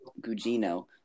Gugino